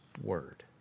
word